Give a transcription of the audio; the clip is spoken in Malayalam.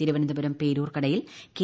തിരുവനന്തപുരം പേരൂർക്കടയിൽ കെ